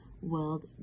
world